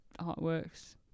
artworks